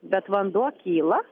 bet vanduo kyla